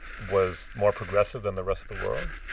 was more progressive than the rest of the world?